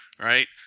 right